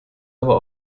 aber